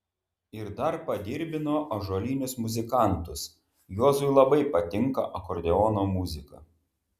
ir dar padirbino ąžuolinius muzikantus juozui labai patinka akordeono muzika